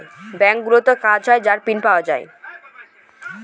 ব্যাঙ্কগুলোতে কাজ হয় তার প্রিন্ট পাওয়া যায়